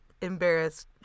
embarrassed